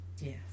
Yes